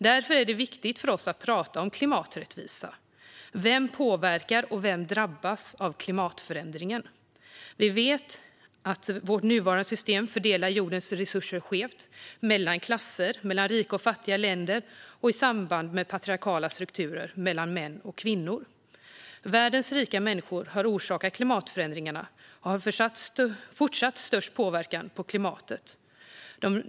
Därför är det viktigt för oss att prata om klimaträttvisa: Vem påverkar, och vem drabbas av klimatförändringar? Vi vet att vårt nuvarande system fördelar jordens resurser skevt mellan klasser, mellan rika och fattiga länder och, i samband med patriarkala strukturer, mellan män och kvinnor. Världens rika människor har orsakat klimatförändringarna och har fortsatt störst påverkan på klimatet.